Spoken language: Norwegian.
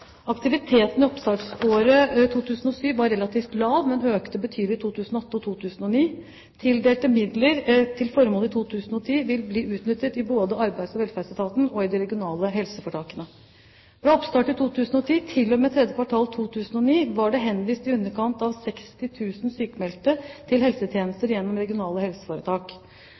Aktiviteten i oppstartsåret 2007 var relativt lav, men økte betydelig i 2008 og 2009. Tildelte midler til formålet i 2010 vil bli utnyttet både i Arbeids- og velferdsetaten og i de regionale helseforetakene. Fra oppstart i 2007 til og med 3. kvartal 2009 var det henvist i underkant av 60 000 sykmeldte til helsetjenester gjennom regionale helseforetak.